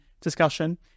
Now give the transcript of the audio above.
discussion